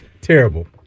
Terrible